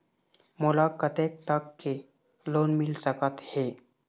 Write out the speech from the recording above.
मोला कतेक तक के लोन मिल सकत हे?